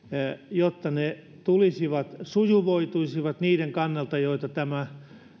jotta ne sujuvoituisivat niiden kannalta joita tämä koskee